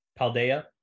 Paldea